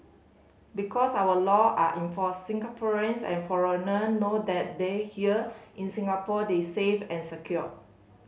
because our law are enforced Singaporeans and foreigner know that they here in Singapore they safe and secure